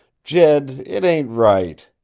jed it ain't right!